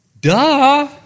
Duh